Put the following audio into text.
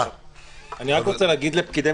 אתה נותן לזה יד.